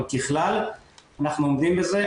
אבל ככלל אנחנו עומדים בזה,